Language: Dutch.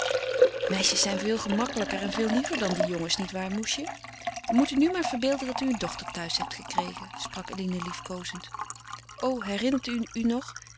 meisjes zijn veel gemakkelijker en veel liever dan die jongens niet waar moesje u moet u nu maar verbeelden dat u een dochter thuis hebt gekregen sprak eline liefkoozend o herinnert u u nog